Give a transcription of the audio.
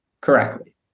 Correctly